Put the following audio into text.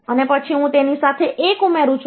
અને પછી હું તેની સાથે 1 ઉમેરું છું